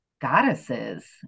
goddesses